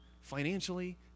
financially